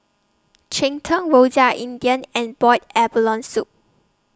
Cheng Tng Rojak India and boiled abalone Soup